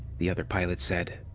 the other pilot said.